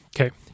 Okay